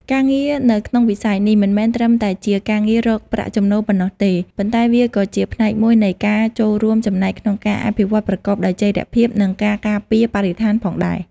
ការងារនៅក្នុងវិស័យនេះ មិនមែនត្រឹមតែជាការងាររកប្រាក់ចំណូលប៉ុណ្ណោះទេ ប៉ុន្តែវាក៏ជាផ្នែកមួយនៃការចូលរួមចំណែកក្នុងការអភិវឌ្ឍប្រកបដោយចីរភាព និងការការពារបរិស្ថានផងដែរ។